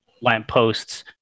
lampposts